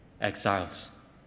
exiles